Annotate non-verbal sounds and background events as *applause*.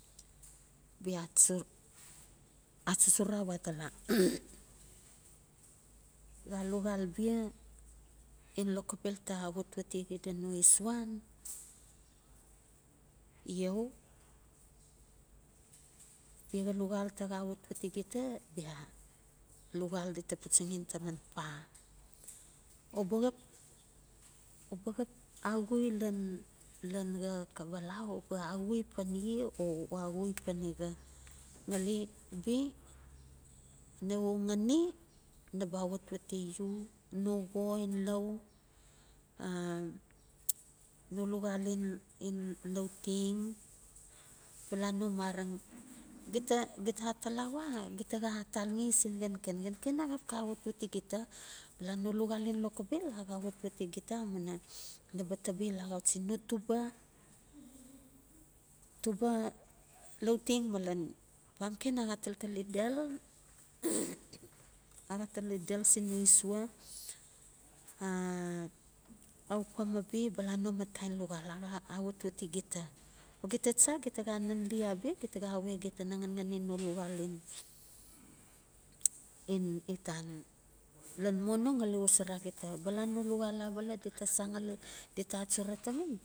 *hesitation* bio achu chura a we ataba xa luxal bia lokobel ta awatwati xide no isuan? Iau bia xa luxal ta xa awatwati gita bia luxal dita puchaxi taman pa. U ba xap, u ba xap axui lan, lan xa kabala, u ba axui pan ye o u axui pan ixa ngali bi nawe u xani naba awatwati u, no xo in lau a no luxal in, in lauteng, bala no mareng. Gita, gita atalawa gita xa talxe sin xenxen xenxen axap xa awatwati gita, bala no luxal in loxobel a xa awatwati gita auina naba tabel axauchi tuba, tuba lauteng malen pumkin a xa taltali del *noise* a xa tali del sin no isua a aupa maloi bala no mat *hesitation* luxal a awatwati gita. Gita cha gita xa nan li gita xa we gita na ngan xani no luxal in, in itan lan mono ngali xosara gita, bala no luxal abala dita san ngali dita achura taman